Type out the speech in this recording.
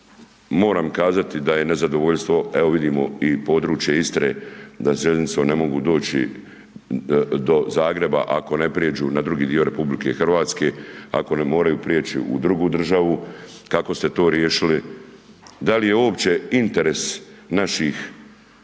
moram kazati da je nezadovoljstvo, evo vidimo i područje Istre da željeznicom ne mogu doći do Zagreba ako ne prijeđu na drugi dio RH, ako ne moraju prijeći u drugu državu, kako ste to riješili. Da li je uopće interes naših